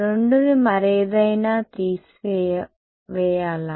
2ని మరేదైనా తీసివేయాలా